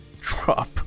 drop